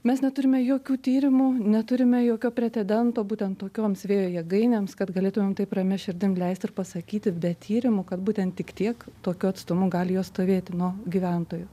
mes neturime jokių tyrimų neturime jokio pretedento būtent tokioms vėjo jėgainėms kad galėtumėm taip ramia širdim leisti ir pasakyti be tyrimų kad būtent tik tiek tokiu atstumu gali jos stovėti nuo gyventojų